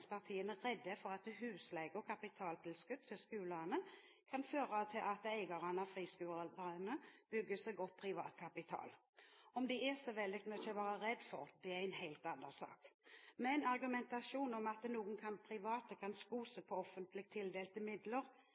redde for at husleie- og kapitaltilskudd til skolene kan føre til at eierne av friskolene bygger seg opp privat kapital. Om det er så veldig mye å være redd for, er en helt annen sak. Men argumentasjonen om at noen private kan sko seg på offentlig tildelte